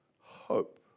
hope